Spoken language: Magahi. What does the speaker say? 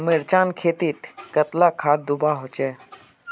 मिर्चान खेतीत कतला खाद दूबा होचे?